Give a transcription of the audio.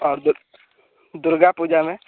और दूर दुर्गा पूजा में